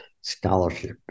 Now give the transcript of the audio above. scholarship